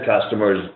customers